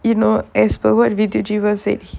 you know as per what said